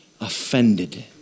offended